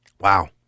Wow